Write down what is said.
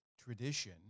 tradition